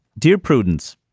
dear prudence,